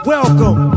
Welcome